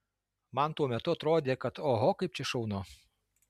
man tuo metu atrodė kad oho kaip čia šaunu